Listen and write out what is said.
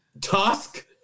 Tusk